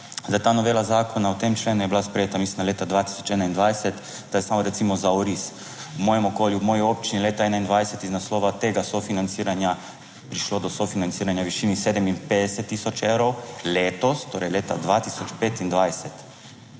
o tem členu je bila sprejeta, mislim, da leta 2021, da je samo recimo za oris. V mojem okolju, v moji občini leta 2021 iz naslova tega sofinanciranja prišlo do sofinanciranja v višini 57 tisoč evrov letos, torej leta 2025